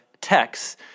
texts